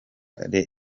les